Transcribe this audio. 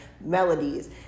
melodies